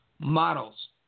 Models